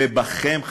ובכם,